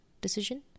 decision